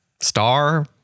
star